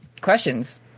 questions